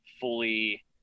fully